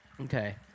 Okay